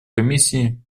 комиссии